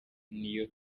niyo